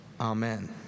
Amen